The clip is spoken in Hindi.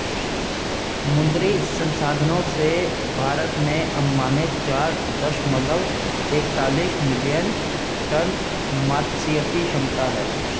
मुद्री संसाधनों से, भारत में अनुमानित चार दशमलव एकतालिश मिलियन टन मात्स्यिकी क्षमता है